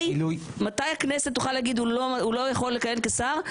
מתי הכנסת תוכל להגיד שהוא לא יכול לכהן כשר,